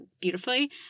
beautifully